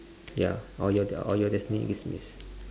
ya or your d~ or you destined demise